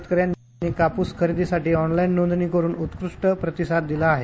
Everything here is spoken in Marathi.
शेतकऱ्यांनी कापूस खरेदीसाठी ऑनलाईन नोंदणी करून उत्कृष्ट प्रतिसाद दिला आहे